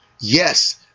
Yes